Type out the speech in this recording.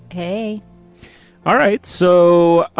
hey all right. so,